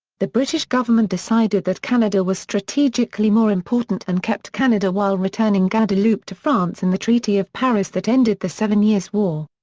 the british government decided that canada was strategically more important and kept canada while returning guadeloupe to france in the treaty of paris that ended the seven years war.